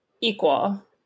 equal